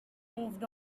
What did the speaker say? moved